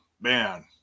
man